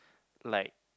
like